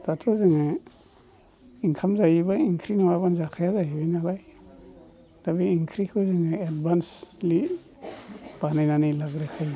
दाथ' जोङो ओंखाम जायोब्ला ओंख्रि नङाब्लानो जाखाया जाहैबाय नालाय दा बे ओंख्रिखौ एडभान्सयै बानायनानै लाग्रोखायो